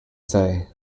say